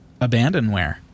abandonware